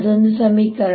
ಅದೊಂದು ಸಮೀಕರಣ